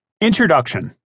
Introduction